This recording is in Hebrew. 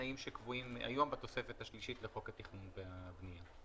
התנאים שקבועים היום בתוספת השלישית לחוק התכנון והבנייה.